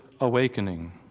awakening